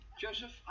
Joseph